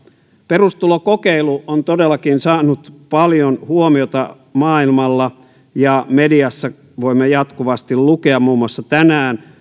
perustulokokeilu on todellakin saanut paljon huomiota maailmalla ja mediasta voimme jatkuvasti lukea muun muassa tänään